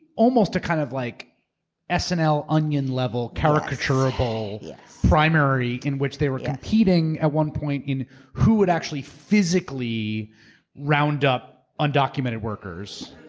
almost a kind of like ah snl, onion level caricature-able-stacey abrams yes. primary in which they were competing at one point in who would actually physically round up undocumented workers.